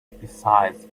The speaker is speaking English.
besides